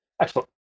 Excellent